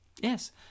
Yes